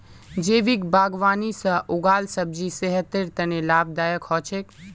जैविक बागवानी से उगाल सब्जी सेहतेर तने लाभदायक हो छेक